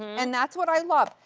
and that's what i love.